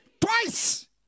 twice